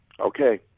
Okay